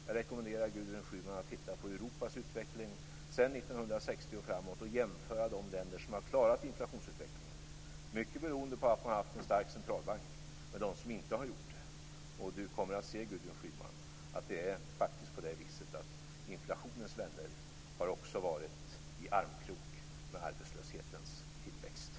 Jag rekommenderar Gudrun Schyman att titta på Europas utveckling sedan 1960 och framåt och jämföra de länder som klarat inflationsutvecklingen, mycket beroende på att man haft en stark centralbank, med dem som inte har gjort det. Gudrun Schyman kommer då att se att inflationens vänner också har varit i armkrok med arbetslöshetens tillväxt.